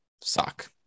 suck